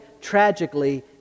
tragically